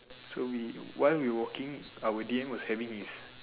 so we while we went watching our D_M was having his